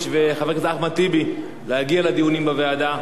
ולחבר הכנסת טיבי להגיע לדיונים בוועדה,